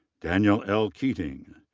danielle l. keating.